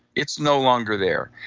it's no longer there.